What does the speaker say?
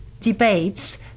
debates